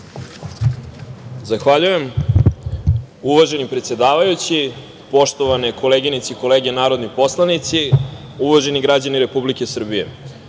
Zahvaljujem. Uvaženi predsedavajući, poštovane koleginice i kolege narodni poslanici, uvaženi građani Republike Srbije,